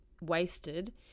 wasted